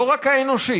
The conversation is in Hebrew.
לא רק האנושית,